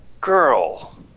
girl